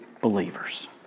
Believers